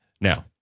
Now